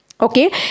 okay